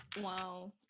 Wow